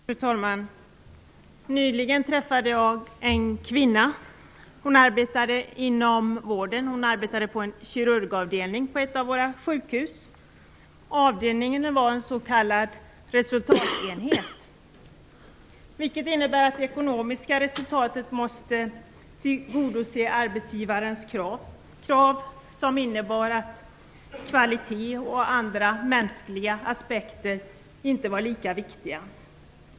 Fru talman! Nyligen träffade jag en kvinna som arbetar inom vården, på en kirurgavdelning vid ett av våra sjukhus. Avdelningen är en s.k. resultatenhet, vilket innebär att det ekonomiska resultatet måste motsvara arbetsgivarens krav, medan kvalitet och andra mänskliga aspekter inte är lika viktiga.